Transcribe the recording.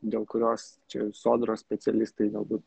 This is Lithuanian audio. dėl kurios čia sodros specialistai galbūt